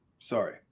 sorry